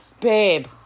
Babe